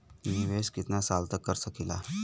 निवेश कितना साल तक कर सकीला?